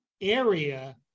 area